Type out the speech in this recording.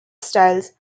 styles